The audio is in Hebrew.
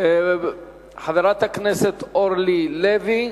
חברת הכנסת אורלי לוי.